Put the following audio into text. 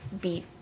beat